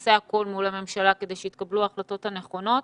נעשה הכול מול הממשלה כדי שיתקבלו ההחלטות הנכונות.